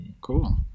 Cool